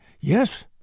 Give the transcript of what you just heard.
Yes